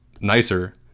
nicer